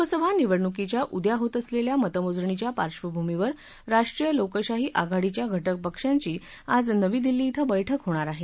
लोकसभा निवडणुकीच्या उद्या होत असलेल्या मतमोजणीच्या पार्श्वभूमीवर राष्ट्रीय लोकशाही आघाडीच्या घटक पक्षांची आज नवी दिल्ली क्वें बैठक होणार आहे